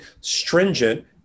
stringent